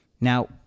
Now